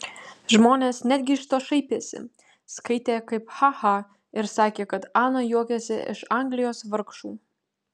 žmonės netgi iš to šaipėsi skaitė kaip ha ha ir sakė kad ana juokiasi iš anglijos vargšų